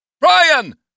Brian